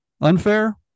Unfair